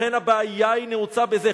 לכן הבעיה נעוצה בזה,